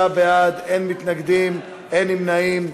29 בעד, אין מתנגדים, אין נמנעים.